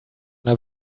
der